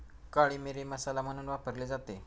काळी मिरी मसाला म्हणून वापरली जाते